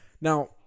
Now